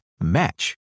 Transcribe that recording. match